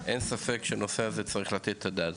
אין ספק שהנושא הזה, צריך לתת את הדעת.